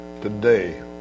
today